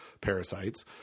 parasites